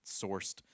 sourced